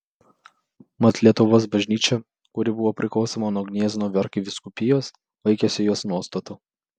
mat lietuvos bažnyčia kuri buvo priklausoma nuo gniezno arkivyskupijos laikėsi jos nuostatų